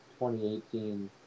2018